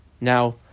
Now